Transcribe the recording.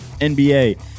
NBA